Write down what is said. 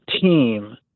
team